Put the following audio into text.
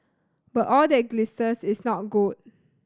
but all that glisters is not gold